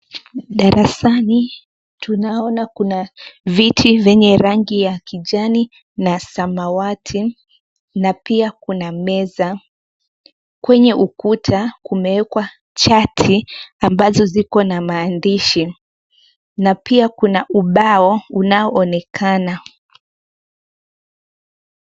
Darasani tunaona kuna viti vyenye rangi ya kijani na samawati na pia kuna meza. Kwenye ukuta kumewekwa chati ambazo ziko na maandishi na pia kuna ubao unaonekana.